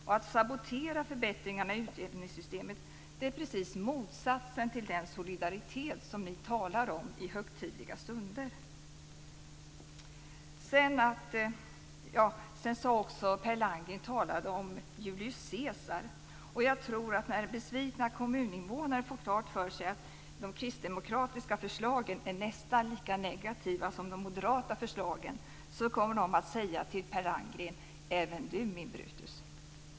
Och att sabotera förbättringarna i utjämningssystemet är precis motsatsen till den solidaritet som ni talar om i högtidliga stunder. Per Landgren talade också om Julius Caesar. Jag tror att när besvikna kommuninvånare får klart för sig att de kristdemokratiska förslagen är nästan lika negativa som de moderata förslagen kommer de att säga till Per Landgren: Även du min Brutus.